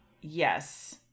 Yes